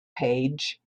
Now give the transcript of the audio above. page